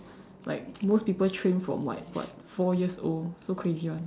like most people train from like what four years old so crazy [one]